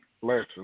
blessings